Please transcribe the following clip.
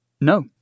No